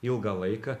ilgą laiką